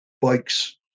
bikes